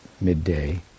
midday